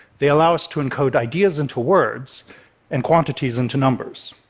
they allow us to encode ideas into words and quantities into numbers.